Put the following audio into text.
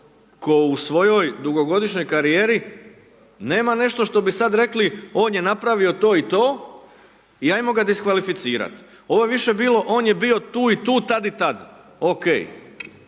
tko u svojoj dugogodišnjoj karijeri, nema nešto ono što bi sad rekli on je napravio to i to i ajmo ga diskvalificirat'. Ovo je više bilo on je bio tu i tu, tad i tad.